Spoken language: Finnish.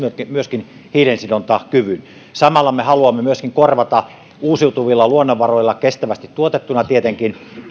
myöskin hiilensidontakyvyn samalla me haluamme myöskin korvata uusiutuvilla luonnonvaroilla kestävästi tuotettuna tietenkin